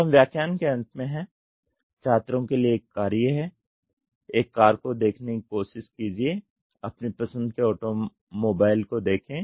तो हम व्याख्यान के अंत में है छात्रों के लिए एक कार्य हे एक कार को देखने की कोशिश कीजिये अपनी पसंद के ऑटोमोबाइल को देखें